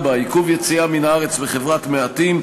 4. עיכוב יציאה מהארץ בחברת מעטים,